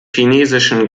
chinesischen